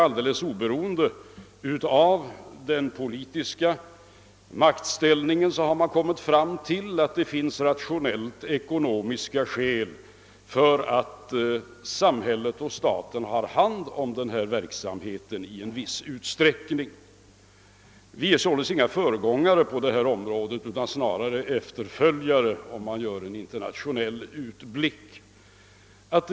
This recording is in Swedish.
Alldeles oberoende av den politiska maktställningen har man kommit fram till att det finns rationellt ekonomiska skäl till att samhället och staten har hand om denna verksamhet i en viss utsträckning. Vi är således inga föregångare på detta område utan snarare efterföljare, sett ur internationell synpunkt.